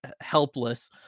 helpless